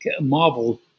Marvel